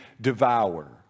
devour